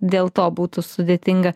dėl to būtų sudėtinga